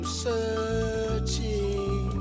searching